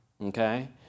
Okay